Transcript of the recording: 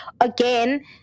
again